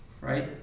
Right